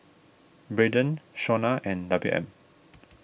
Braydon Shawnna and W M